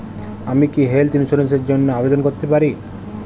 আমি কি health insurance র জন্য আবেদন করতে পারি?